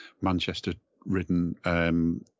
Manchester-ridden